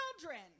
children